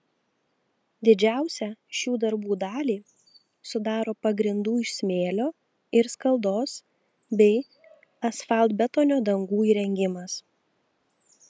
didžiausią šių darbų dalį sudaro pagrindų iš smėlio ir skaldos bei asfaltbetonio dangų įrengimas